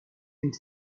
into